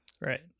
Right